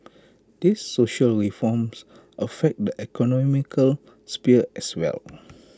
these social reforms affect the economic sphere as well